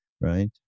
right